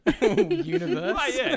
universe